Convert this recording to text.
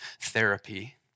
therapy